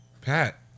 Pat